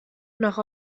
noch